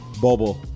Bobo